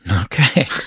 Okay